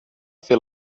fer